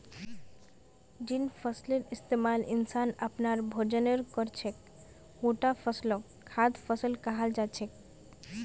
जिन फसलेर इस्तमाल इंसान अपनार भोजनेर कर छेक उटा फसलक खाद्य फसल कहाल जा छेक